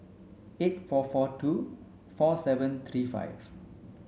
eight four four two four seven three five